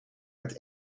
met